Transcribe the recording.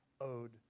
owed